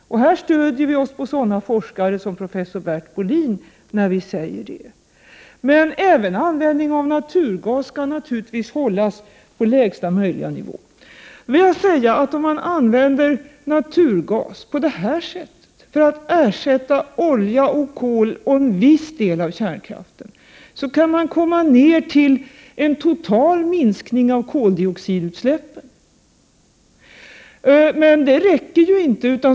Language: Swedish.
Här stöder vi oss på sådana forskare som professor Bert Bolin. Men även användning av naturgas skall naturligtvis hållas på lägsta möjliga nivå. Om man använder naturgas på detta sätt, för att ersätta olja och kol och en viss del av kärnkraften, kan man komma ner till en total minskning av koldioxidutsläppen. Men det räcker inte.